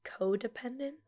codependent